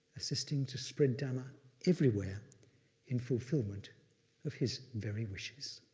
assisting to spread dhamma everywhere in fulfillment of his very wishes.